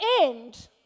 end